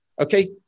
Okay